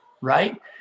right